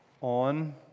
on